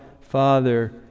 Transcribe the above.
Father